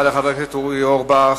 תודה רבה לחבר הכנסת אורי אורבך.